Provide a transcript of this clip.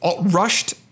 rushed